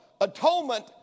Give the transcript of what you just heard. atonement